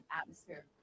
atmosphere